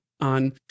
on